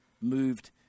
moved